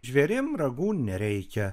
žvėrim ragų nereikia